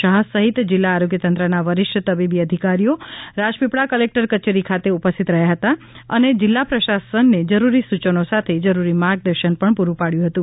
શાહ સહિત જિલ્લા આરોગ્યતંત્રના વરિષ્ઠ તબીબી અધિકારીઓ રાજપીપળા કલેક્ટર કચેરી ખાતે ઉપસ્થિત રહ્યા હતા અને જિલ્લા પ્રશાસનને જરૂરી સુચનો સાથે જરૂરી માર્ગદર્શન પુરૃં પાડ્યું હતુ